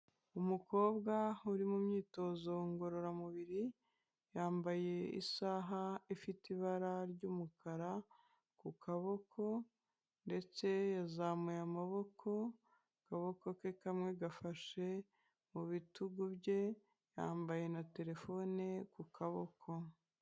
Umukobwa uri mu myitozo ngororamubiri yambaye isaha ifite ibara ry'umukara ku kaboko, ndetse yazamuye amaboko. Akaboko ke kamwe gafashe mu bitugu bye yambaye na terefone ku kaboko.